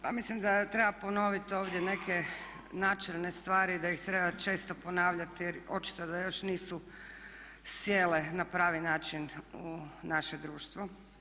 Pa mislim da treba ponoviti ovdje neke načelne stvari da ih treba često ponavljati jer očito da još nisu sjele na pravi način u naše društvo.